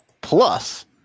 plus